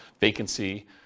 vacancy